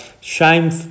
shame